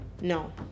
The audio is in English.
No